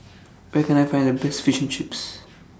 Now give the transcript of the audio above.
Where Can I Find The Best Fish and Chips